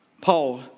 Paul